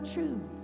Truth